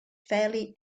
fairly